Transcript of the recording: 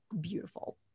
beautiful